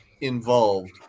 involved